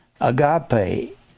Agape